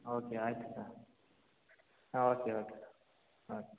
okay ಆಯಿತು sir okay okay ಸ okay